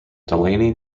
delaney